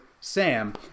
Sam